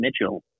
Mitchell